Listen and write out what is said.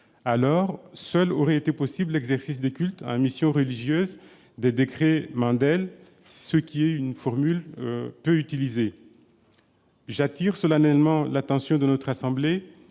1905. Seul aurait été possible l'exercice des cultes et des missions religieuses des décrets-lois Mandel, ce qui est une formule peu utilisée. J'attire solennellement l'attention de notre assemblée